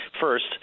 first